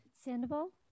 Sandoval